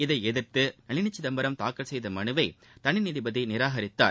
இதை எதிர்த்து நளினி சிதம்பரம் தாக்கல் செய்த மனுவை தனிநீதிபதி நிராகரித்தார்